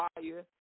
fire